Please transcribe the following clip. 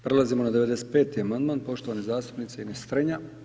Prelazimo na 95. amandman poštovane zastupnice Ines Strenja.